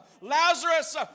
Lazarus